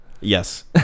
yes